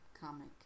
comic